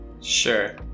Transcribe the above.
Sure